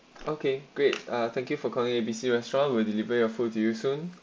okay great uh thank you for calling it A B C restaurants will deliver your food you soon